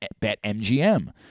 BetMGM